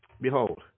Behold